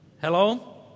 Hello